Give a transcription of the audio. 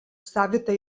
savitą